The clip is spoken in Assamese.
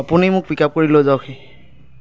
আপুনি মোক পিক আপ কৰি লৈ যাওঁকহি